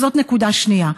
זאת נקודה שנייה.